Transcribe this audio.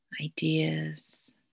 ideas